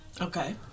okay